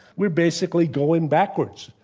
we're basically going backwards.